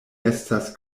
estas